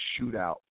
shootout